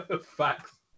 Facts